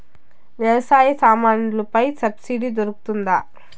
వ్యవసాయ సామాన్లలో పై సబ్సిడి దొరుకుతుందా?